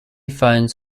phones